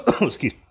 excuse